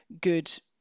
good